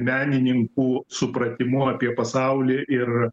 menininkų supratimu apie pasaulį ir